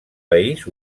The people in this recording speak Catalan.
país